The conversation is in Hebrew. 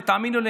ותאמינו לי,